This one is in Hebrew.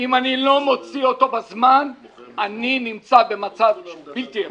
אם אני לא מוציא אותו בזמן אני נמצא במצב בלתי אפשרי.